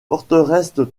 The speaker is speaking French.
forteresse